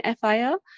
FIR